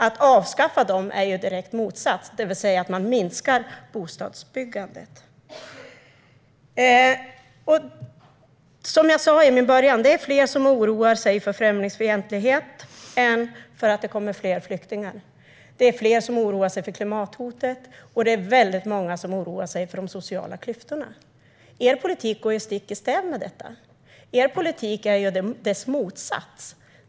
Att avskaffa bostadssubventionerna innebär det rakt motsatta, det vill säga att man minskar bostadsbyggandet. Som jag sa tidigare är det fler som oroar sig för främlingsfientlighet än för att det kommer fler flyktingar. Det är fler som oroar sig för klimathotet, och det är väldigt många som oroar sig för de sociala klyftorna. Er politik går stick i stäv med detta. Er politik är motsatsen.